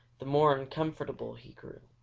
the more uncomfortable he grew.